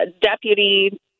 deputy